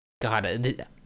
God